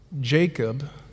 Jacob